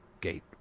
gate